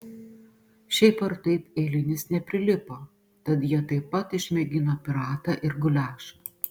šiaip ar taip eilinis neprilipo tad jie taip pat išmėgino piratą ir guliašą